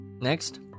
Next